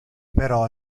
però